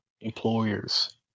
employers